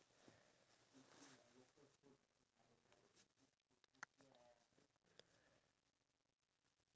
fried kway teow then I always feel like the one at pasar malam is more nicer than the one at food court